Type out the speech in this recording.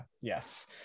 yes